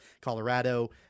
Colorado